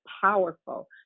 powerful